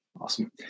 Awesome